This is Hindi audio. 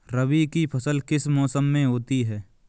रबी की फसल किस मौसम में होती है?